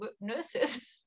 nurses